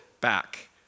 back